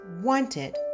wanted